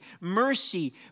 Mercy